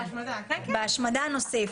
לא רק באבטחה.